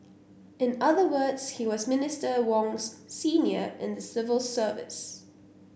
in other words he was Minister Wong's senior in the civil service